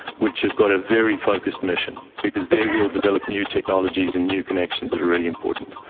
which have got a very focused mission, because they we will develop new technologies and new connections that are really important.